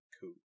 cool